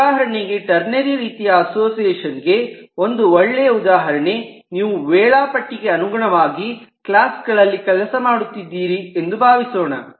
ಉದಾಹರಣೆಗೆ ಟರ್ನೆರಿ ರೀತಿಯ ಅಸೋಸಿಯೇಷನ್ ಗೆ ಒಂದು ಒಳ್ಳೆಯ ಉದಾಹರಣೆ ನೀವು ವೇಳಾಪಟ್ಟಿಗೆ ಅನುಗುಣವಾಗಿ ಕ್ಲಾಸ್ ಗಳಲ್ಲಿ ಕೆಲಸ ಮಾಡುತ್ತಿದ್ದೀರಿ ಎಂದು ಭಾವಿಸೋಣ